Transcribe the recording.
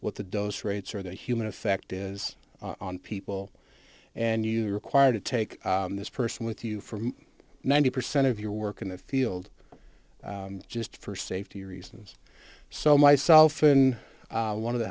what the dose rates are the human effect is on people and you are required to take this person with you for ninety percent of your work in the field just for safety reasons so myself in one of the